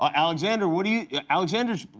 um alexander what do you alexander's.